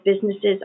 businesses